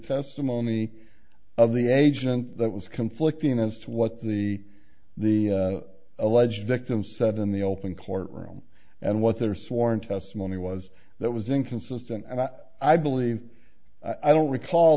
testimony of the agent that was conflicting as to what the the alleged victim said in the open courtroom and what their sworn testimony was that was inconsistent and i believe i don't recall